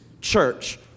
church